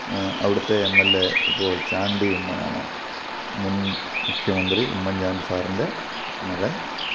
അവിടുത്തെ M L A ഇപ്പോൾ ചാണ്ടി ഉമ്മനാണ് മുൻ മുഖ്യമന്ത്രി ഉമ്മൻചാണ്ടി സാറിൻ്റെ മകൻ